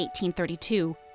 1832